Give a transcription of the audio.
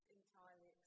entirely